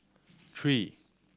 three